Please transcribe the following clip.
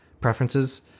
preferences